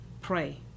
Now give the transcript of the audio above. pray